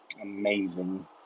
amazing